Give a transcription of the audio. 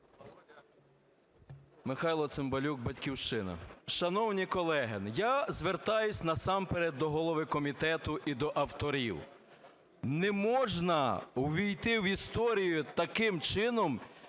Михайло Цимбалюк, "Батьківщина". Шановні колеги, я звертаюсь, насамперед, до голови комітету і до авторів. Не можна увійти в історію таким чином